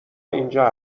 اینجا